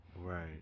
Right